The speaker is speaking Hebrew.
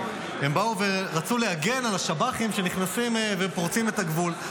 הם באו ורצו להגן על השב"חים שנכנסים ופורצים את הגבול.